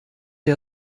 der